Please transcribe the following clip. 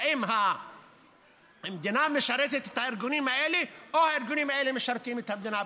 האם המדינה משרתת את הארגונים האלה או שהארגונים האלה משרתים את המדינה.